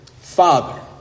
Father